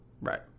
Right